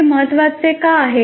हे महत्त्वाचे का आहे